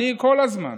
כל הזמן